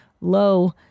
low